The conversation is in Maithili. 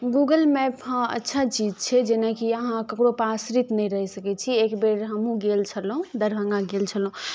गूगल मैप हँ अच्छा चीज छै जेनाकि अहाँ ककरोपर आश्रित नहि रहि सकै छियै एकबेर हमहुँ गेल छलहुँ दरभंगा गेल छलहुँ